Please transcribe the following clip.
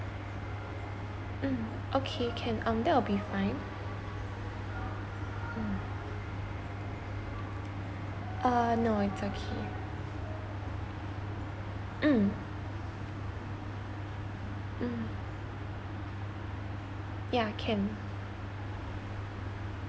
mm okay can um that'll be fine mm uh no it's okay mm mm yeah can